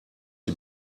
die